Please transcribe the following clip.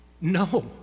No